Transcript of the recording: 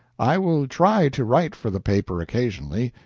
i will try to write for the paper occasionally,